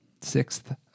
sixth